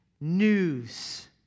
news